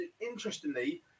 interestingly